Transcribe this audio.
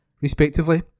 respectively